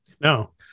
No